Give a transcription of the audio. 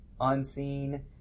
unseen